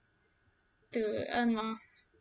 to earn more